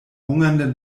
hungernden